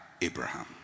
Abraham